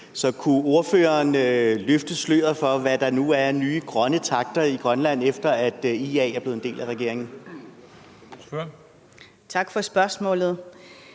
Så kunne ordføreren løfte sløret for, hvad der nu er af nye grønne takter i Grønland, efter at IA er blevet en del af regeringen? Kl. 20:11 Første